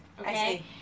okay